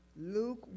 Luke